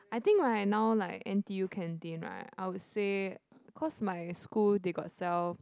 I think right now like n_t_u canteen right I would say cause my school they got sell